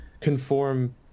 conform